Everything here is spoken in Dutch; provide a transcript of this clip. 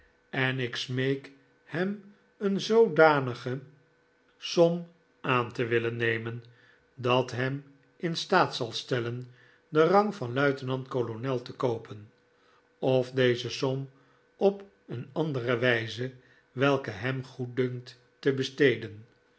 en ik smeek hem een zoodanige som aan te willen nemen die hem in staat zal stellen den rang van luitenant-kolonel te koopen of deze som op een andere wijze welke hem goeddunkt te besteden